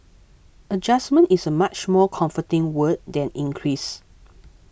adjustment is a much more comforting word than increase